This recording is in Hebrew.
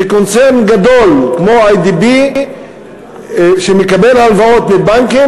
שקונצרן גדול כמו "איי.די.בי" מקבל הלוואות מבנקים